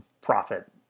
profit